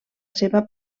seva